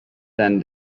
then